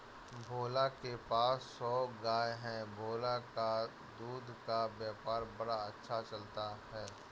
भोला के पास सौ गाय है भोला का दूध का व्यापार बड़ा अच्छा चलता है